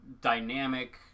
dynamic